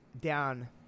down